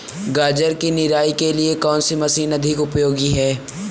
गाजर की निराई के लिए कौन सी मशीन अधिक उपयोगी है?